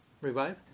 Revive